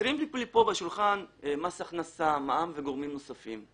חסרים לי כאן מס הכנסה, מע"מ וגורמים נוספים.